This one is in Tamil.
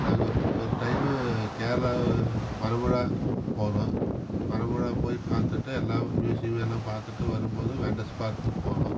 நாங்கள் ஒரு ஒரு டைமு கேரளாவு மலம்புழா போனோம் மலம்புழா போய் பார்த்துட்டு எல்லாரும் மியூஸியம் எல்லாம் பார்த்துட்டு வரும்போது வெனஸ் பார்க்கு போனோம்